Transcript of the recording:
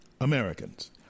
Americans